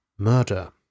murder